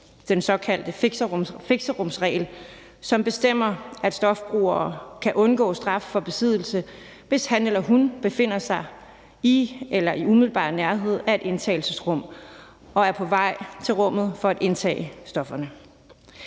den såkaldte fixerumsregel, som bestemmer, at stofbrugere kan undgå straf for besiddelse, hvis han eller hun befinder sig i eller i umiddelbar nærhed af et indtagelsesrum og er på vej til rummet for at indtage stofferne.